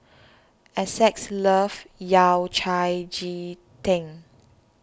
Essex loves Yao Cai Ji Tang